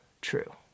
true